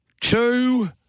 two